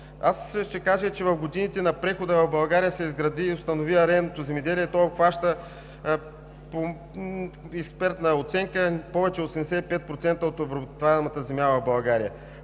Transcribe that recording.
Ще кажа, че в годините на прехода в България се изгради и установи арендното земеделие, което обхваща, по експертна оценка, повече от 75% от обработваемата земя в България,